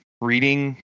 reading